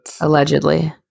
allegedly